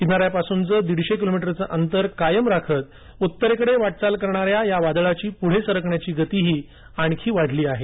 किनाऱ्यापासूनचं दिडशे किलोमीटरचं अंतर कायम राखत उत्तरेकडे वाटचाल करणाऱ्या या वादळाची पुढे सरकण्याची गतीही आणखी वाढली आहे